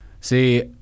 See